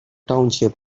township